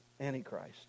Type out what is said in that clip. Antichrist